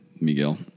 Miguel